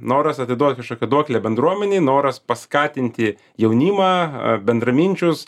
noras atiduot kažkokią duoklę bendruomenei noras paskatinti jaunimą a bendraminčius